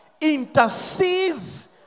intercedes